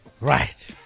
Right